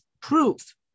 proof